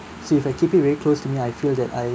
see if I keep it very close to me I feel that I